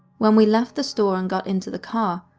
when we left the store and got into the car,